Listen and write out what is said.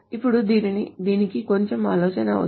ఇప్పుడు దీనికి కొంచెం ఆలోచన అవసరం